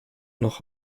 noch